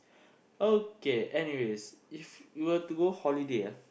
okay anyways if we were to go holiday ah